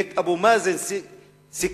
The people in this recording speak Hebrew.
ואת אבו מאזן סיכלו,